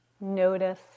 notice